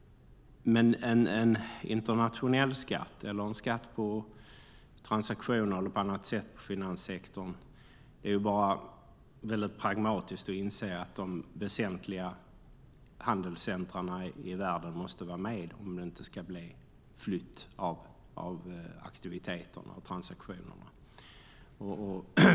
För att en internationell skatt eller en skatt på transaktioner eller på annat sätt på finanssektorn ska fungera inser man, för att vara pragmatisk, att de väsentliga handelscentrumen i världen måste vara med om det inte ska bli flytt av aktiviteterna och transaktionerna.